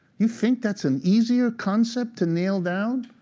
you think that's an easier concept to nail down,